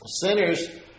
Sinners